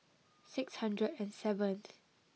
six hundred and seventh